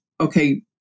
okay